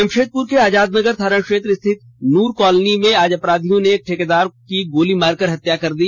जमशेदपुर के आजादनगर थाना क्षेत्र स्थित नूर कॉलोनी में आज अपराधियों ने एक ठेकेदार की गोली मारकर हत्या कर दी